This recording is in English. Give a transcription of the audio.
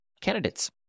candidates